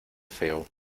feo